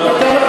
אבל תאר לך